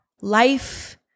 life